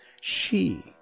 She